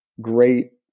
great